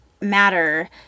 matter